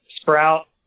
sprout